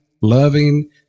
loving